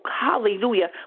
hallelujah